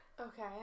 Okay